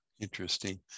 Interesting